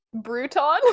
Bruton